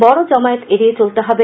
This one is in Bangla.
বড় জমায়েত এড়িয়ে চলতে হবে